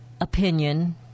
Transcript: opinion